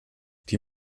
die